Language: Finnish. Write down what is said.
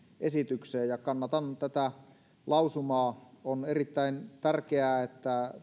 esitykseen ja kannatan tätä lausumaa on erittäin tärkeää että